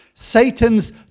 Satan's